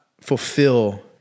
fulfill